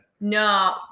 No